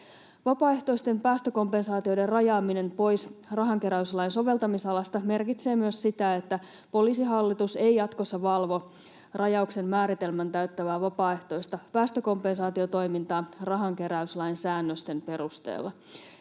Vapaaehtoisten päästökompensaatioiden rajaaminen pois rahankeräyslain soveltamisalasta merkitsee myös sitä, että Poliisihallitus ei jatkossa valvo rajauksen määritelmän täyttävää vapaaehtoista päästökompensaatio-toimintaa rahankeräyslain säännösten perusteella.